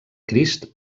crist